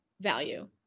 value